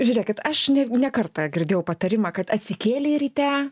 žiūrėkit aš ne ne kartą girdėjau patarimą kad atsikėlei ryte